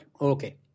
Okay